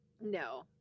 No